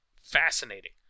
Fascinating